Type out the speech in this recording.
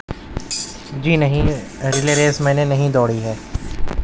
جی نہیں relay race میں نے نہیں دوڑی ہے